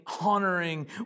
honoring